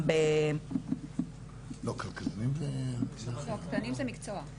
כלכלנים זה מקצוע.